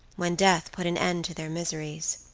when death put an end to their miseries.